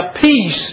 peace